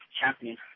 champion